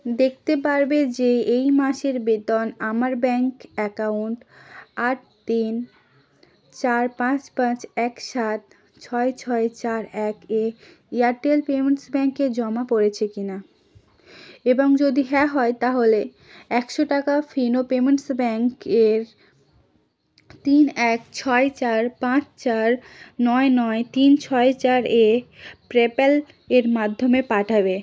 দেখতে পারবে যে এই মাসের বেতন আমার ব্যাঙ্ক অ্যাকাউন্ট আট তিন চার পাঁচ পাঁচ এক সাত ছয় ছয় চার এক এ এয়ারটেল পেমেন্টস ব্যাঙ্কে জমা পড়েছে কিনা এবং যদি হ্যাঁ হয় তাহলে একশো টাকা ফিনো পেমেন্টস ব্যাঙ্ক এর তিন এক ছয় চার পাঁচ চার নয় নয় তিন ছয় চার এ প্রেপ্যাল এর মাধ্যমে পাঠাবে